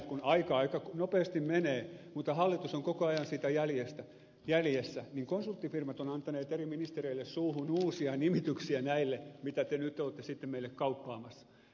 kun aika aika nopeasti menee niin hallitus on koko aika siitä jäljessä ja konsulttifirmat ovat antaneet eri ministereille suuhun uusia nimityksiä näille mitä te nyt sitten olette meille kauppaamassa